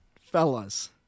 Fellas